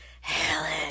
Helen